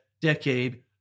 decade